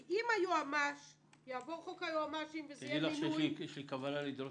כי אם יעבור חוק היועמ"שים- - יש לי כוונה לדרוש...